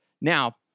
Now